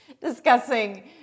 discussing